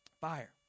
Fire